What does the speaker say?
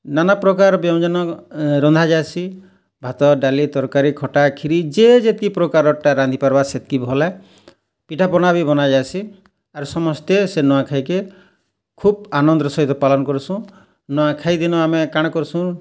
ନାନାପ୍ରକାର୍ ବ୍ୟଞ୍ଜନ ରନ୍ଧାଯାଏସି ଭାତ ଡ଼ାଲି ତରକାରୀ ଖଟା ଖିରୀ ଯେ ଜେତକୀ ପ୍ରକାର୍ ଟା ରାନ୍ଧିପାରବା ସେତକି ଭଲେ ପିଠା ପନା ବି ବନାଯାଏଶି ଆର୍ ସମସ୍ତେ ସେ ନୂଆଖାଇକେ ଖୁବ୍ ଆନନ୍ଦ୍ର ସହିତ ପାଳନ୍ କରଷୁଁ ନୂଆଖାଇ ଦିନ ଆମେ କାଣା କରଷୁଁ